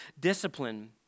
discipline